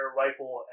rifle